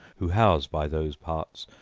who house by those parts,